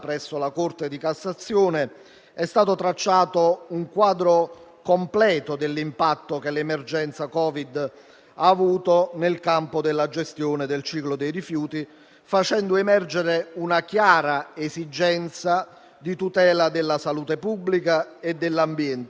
un lavoro che noi riteniamo soddisfacente e che rappresenta un importante contributo che il Parlamento offre all'azione di Governo perché analizza in tutti i suoi aspetti l'impatto che ha avuto l'emergenza